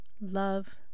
Love